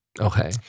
Okay